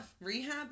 Rehab